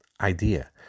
idea